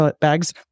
bags